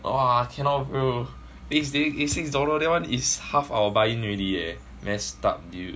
!wah! cannot bro eighty six eighty six dollars that one is half of our buy in already eh messed up you